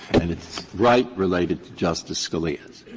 and it's right related to justice scalia's,